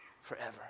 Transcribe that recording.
forever